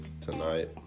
tonight